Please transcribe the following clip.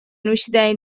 نوشیدنی